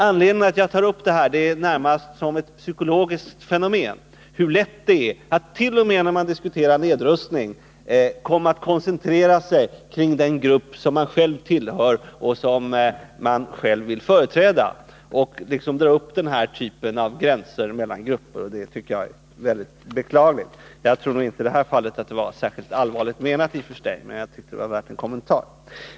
Anledningen till att jag tar upp detta är närmast att det är ett psykologiskt fenomen t.o.m. när man diskuterar nedrustning koncentrerar man sig på den grupp som man själv tillhör och företräder och drar upp gränser mellan grupper. Det tycker jag är beklagligt. Jag tror i och för sig inte att det i detta fall var särskilt allvarligt menat, men jag tycker att det var värt en kommentar.